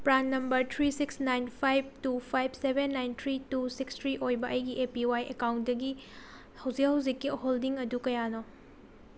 PRAN number three six nine five two five seven nine three two six three ꯑꯣꯏꯕ ꯑꯩꯒꯤ A P Y ꯑꯦꯀꯥꯎꯟꯗꯒꯤ ꯍꯧꯖꯤꯛ ꯍꯧꯖꯤꯛꯀꯤ holding ꯑꯗꯨ ꯀꯌꯥꯅꯣ